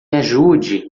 ajude